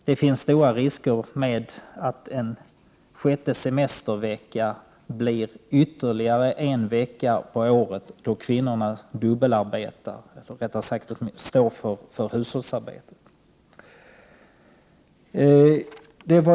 Det finns stora risker för att en sjätte semestervecka blir ytterligare en vecka på året då kvinnorna står för hushållsarbetet.